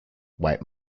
white